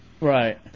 Right